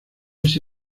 este